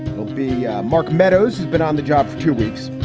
he'll be yeah mark meadows, who's been on the job for two weeks.